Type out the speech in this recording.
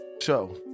show